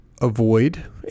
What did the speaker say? Avoid